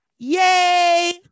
Yay